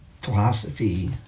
philosophy